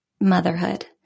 motherhood